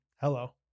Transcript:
hello